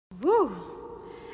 Woo